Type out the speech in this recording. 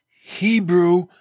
Hebrew